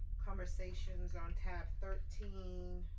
conversations on tab thirteen,